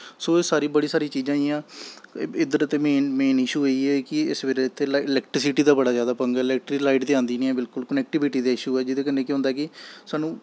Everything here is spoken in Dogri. सो एह् सारी बड़ी सारी चीज़ां होई गेइयां मेन इशू इत्थै इ'यै कि इत्थै इलैक्ट्रिसिटी दा बड़ा जैदा पंगा ऐ इलैक्ट्रिसिटी लाईट ते आंदी निं ऐ इक कनैकटिविटी दा इशू ऐ जेह्दे कन्नै केह् होंदा कि सानूं